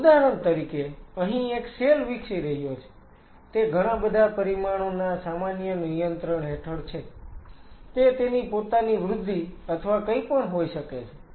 ઉદાહરણ તરીકે અહીં એક સેલ વિકસી રહ્યો છે તે ઘણાબધા પરિમાણોના સામાન્ય નિયંત્રણ હેઠળ છે તે તેની પોતાની વૃદ્ધિ અથવા કંઈપણ હોઈ શકે છે